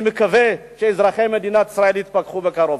אני מקווה שאזרחי מדינת ישראל יתפכחו בקרוב.